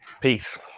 peace